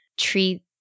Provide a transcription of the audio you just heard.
Treat